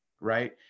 right